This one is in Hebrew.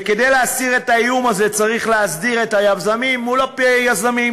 וכדי להסיר את האיום הזה צריך להסדיר את הפיצויים מול היזמים,